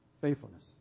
Faithfulness